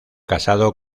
casado